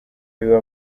biba